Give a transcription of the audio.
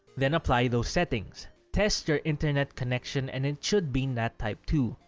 then apply those settings. test your internet connection and it should be nat type two.